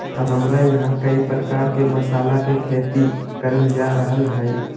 हमरा यहां कई प्रकार के मसाला के खेती करल जा रहल हई